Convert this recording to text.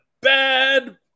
bad